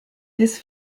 this